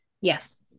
Yes